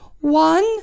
One